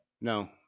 No